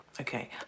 okay